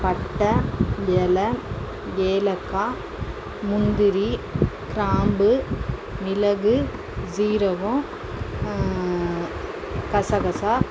பட்டை இல ஏலக்காய் முந்திரி கிராம்பு மிளகு சீரகம் கசகசா